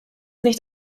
nicht